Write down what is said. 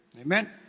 Amen